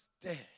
dead